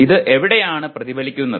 അത് എവിടെയാണ് പ്രതിഫലിക്കുന്നത്